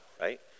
Right